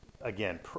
again